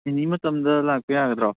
ꯑꯦꯅꯤ ꯃꯇꯝꯗ ꯂꯥꯛꯄ ꯌꯥꯒꯗ꯭ꯔꯣ